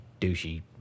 douchey